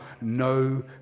no